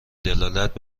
دلالت